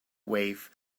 wave